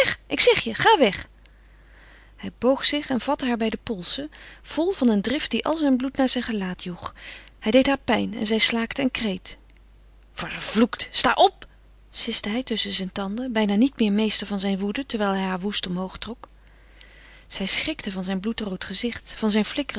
ik zeg je ga weg hij boog zich en vatte haar bij de polsen vol van een drift die al zijn bloed naar zijn gelaat joeg hij deed haar pijn en zij slaakte een kreet vervloekt sta je op siste hij tusschen zijn tanden bijna niet meer meester van zijn woede terwijl hij haar woest omhoog trok zij schrikte van zijn bloedrood gezicht van zijn